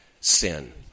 sin